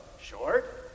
Short